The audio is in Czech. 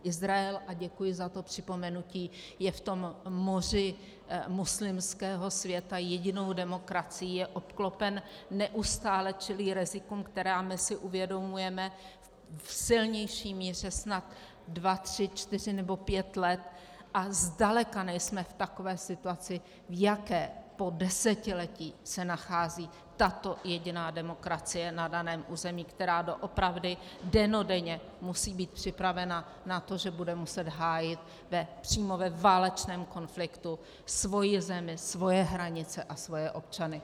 Izrael a děkuji za připomenutí je v tom moři muslimského světa jedinou demokracií, je obklopen, neustále čelí rizikům, která my si uvědomujeme v silnější míře snad dva, tři, čtyři nebo pět let, a zdaleka nejsme v takové situaci, v jaké se po desetiletí nachází tato jediná demokracie na daném území, která doopravdy dennodenně musí být připravena na to, že bude muset hájit přímo ve válečném konfliktu svoji zemi, svoje hranice a svoje občany.